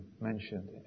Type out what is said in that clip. mentioned